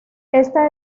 esta